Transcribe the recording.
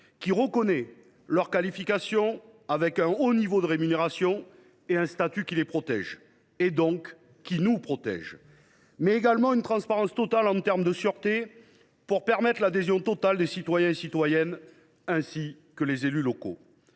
qui reconnaisse leurs qualifications, avec un haut niveau de rémunération : un statut qui les protège et qui, donc, nous protège. En second lieu, il faut une transparence totale en termes de sûreté, pour permettre l’adhésion totale des citoyens et citoyennes, ainsi que des élus locaux.